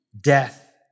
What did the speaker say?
death